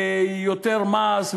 ויותר מס,